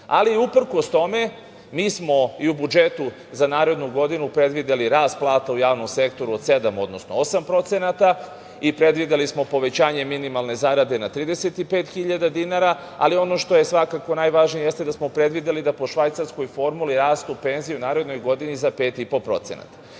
virusa. Uprkos tome, mi smo i u budžetu za narednu godinu predvideli rast plata u javnom sektoru od 7%, odnosno 8% i predvideli smo povećanje minimalne zarade na 35.000 dinara, ali ono što je svakako najvažnije jeste da smo predvideli da po švajcarskoj formuli rastu penzije u narednoj godini za 5,5%.Iako